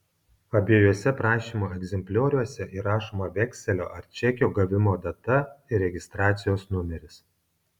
abiejuose prašymo egzemplioriuose įrašoma vekselio ar čekio gavimo data ir registracijos numeris